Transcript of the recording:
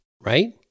right